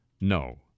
No